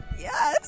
Yes